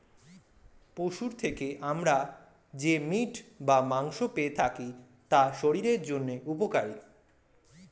পশুর থেকে আমরা যে মিট বা মাংস পেয়ে থাকি তা শরীরের জন্য উপকারী